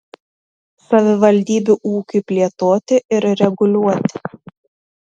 savivaldybių ūkiui plėtoti ir reguliuoti